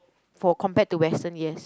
for compared to Western yes